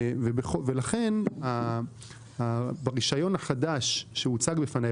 לכן ברישיון החדש שהוצג בפניי,